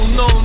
no